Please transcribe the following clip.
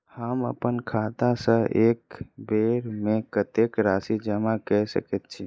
हम अप्पन खाता सँ एक बेर मे कत्तेक राशि जमा कऽ सकैत छी?